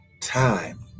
time